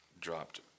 dropped